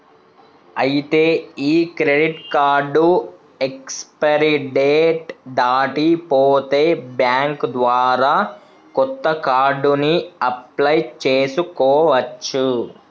ఐతే ఈ credit card expiry date దాటి పోతే బ్యాంక్ ద్వారా కొత్త కార్డుని అప్లయ్ చేసుకోవచ్చు